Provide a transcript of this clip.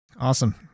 Awesome